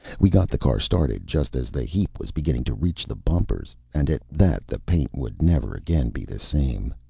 we got the car started just as the heap was beginning to reach the bumpers, and at that the paint would never again be the same.